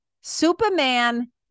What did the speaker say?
Superman